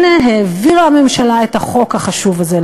הנה העבירה הממשלה את החוק החשוב הזה,